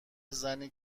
زنی